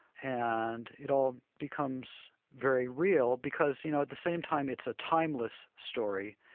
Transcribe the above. and it all becomes very real because, you know, at the same time it's a timeless story,